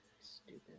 Stupid